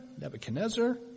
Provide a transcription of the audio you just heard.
Nebuchadnezzar